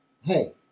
Hey